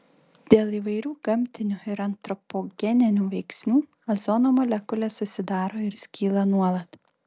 dėl įvairių gamtinių ir antropogeninių veiksnių ozono molekulės susidaro ir skyla nuolat